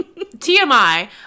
TMI